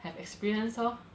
have experienced lor